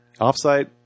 Offsite